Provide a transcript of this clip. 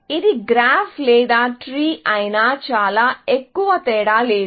ఇది గ్రాఫ్ లేదా ట్రీ అయినా చాలా ఎక్కువ తేడా లేదు